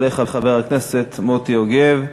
יעלה חבר הכנסת מוטי יוגב,